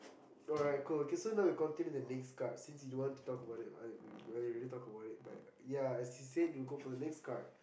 alright cool K so now we can continue the next card since you want to talk about it like when we already talked about it but ya as he said we will go for the next card